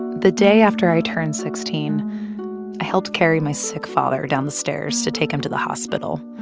the day after i turned sixteen, i helped carry my sick father down the stairs to take him to the hospital.